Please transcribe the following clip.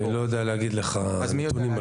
אני לא יודע להגיד לך כלום על זה.